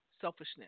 selfishness